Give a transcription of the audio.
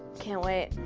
can't wait.